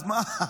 אז מה?